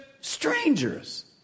strangers